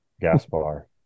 Gaspar